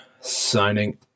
signing